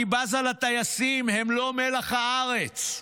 אני בזה לטייסים, הם לא מלח הארץ,